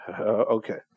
Okay